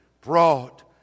brought